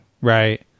Right